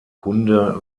kunde